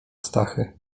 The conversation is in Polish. stachy